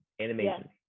animation